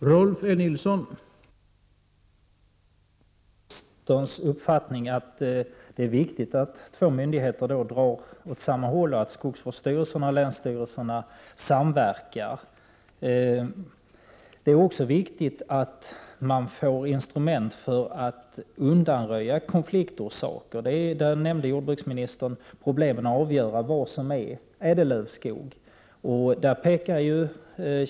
Herr talman! Jag delar jordbruksministerns uppfattning att det är viktigt att de bägge myndigheterna drar åt samma håll, dvs. att skogsvårdsstyrelsen och länsstyrelsen samverkar. Men det är också viktigt att man får instrument för att undanröja konfliktorsaker. Jordbruksministern nämnde problemet med att avgöra vad som är ädellövskog.